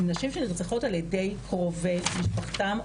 הן נשים שנרצחות על-ידי קרובי משפחתן,